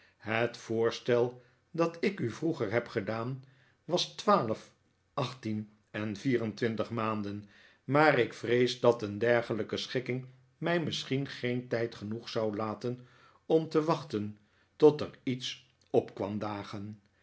het voorstel dat ik u vroeger heb gedaan was twaalf achttien en vier en twintig maanden maar ik vrees dat een dergelijke schikking mij misschien geen tijd genoeg zou laten om te wachten tot er iets op kwam dagen